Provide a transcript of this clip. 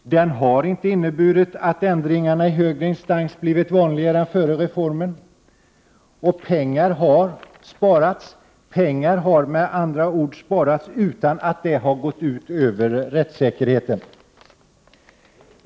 Den har inte inneburit att ändringarna i högre instans har blivit vanligare än före reformen. Pengar har med andra ord sparats utan att det har gått ut över rättssäkerheten.